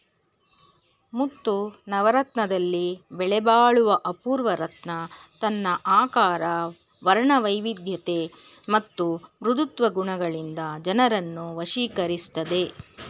ಮುತ್ತು ನವರತ್ನದಲ್ಲಿ ಬೆಲೆಬಾಳುವ ಅಪೂರ್ವ ರತ್ನ ತನ್ನ ಆಕಾರ ವರ್ಣವೈವಿಧ್ಯತೆ ಮತ್ತು ಮೃದುತ್ವ ಗುಣಗಳಿಂದ ಜನರನ್ನು ವಶೀಕರಿಸ್ತದೆ